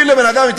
אומרים לבן-אדם,